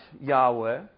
Yahweh